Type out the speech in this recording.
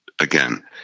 Again